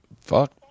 fuck